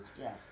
Yes